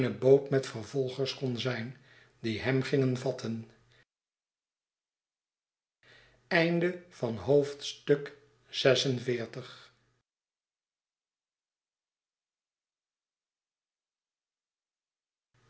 met vervolgers kon zijn die hem gingen vatten